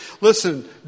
Listen